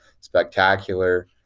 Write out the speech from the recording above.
spectacular